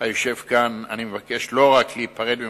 היושב כאן אני מבקש לא רק להיפרד ממך,